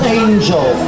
angel